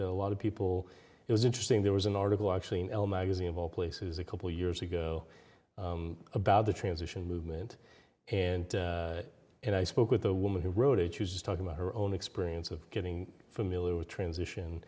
that a lot of people it was interesting there was an article actually in l magazine of all places a couple years ago about the transition movement and and i spoke with the woman who wrote it you just talk about her own experience of getting familiar with transition